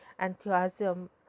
enthusiasm